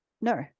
no